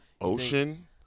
Ocean